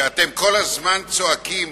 שאתם כל הזמן צועקים,